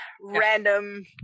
random